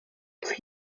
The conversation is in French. près